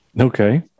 okay